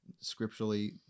scripturally